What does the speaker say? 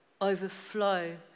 overflow